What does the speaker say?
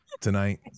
tonight